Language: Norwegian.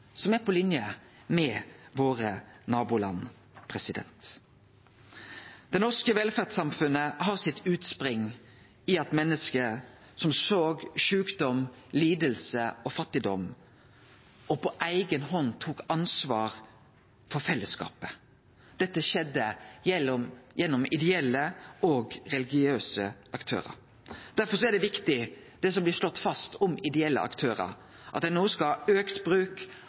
som er på linje med den dei har i nabolanda våre. Det norske velferdssamfunnet har sitt utspring i menneske som såg sjukdom, liding og fattigdom og på eiga hand tok ansvar for fellesskapet. Dette skjedde gjennom ideelle og religiøse aktørar. Derfor er det viktig, det som blir slått fast om ideelle aktørar, at ein no skal ha auka bruk